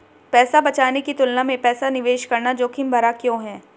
पैसा बचाने की तुलना में पैसा निवेश करना जोखिम भरा क्यों है?